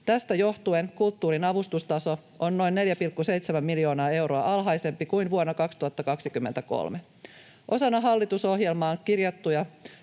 Tästä johtuen kulttuurin avustustaso on noin 4,7 miljoonaa euroa alhaisempi kuin vuonna 2023. Osana hallitusohjelmaan kirjattuja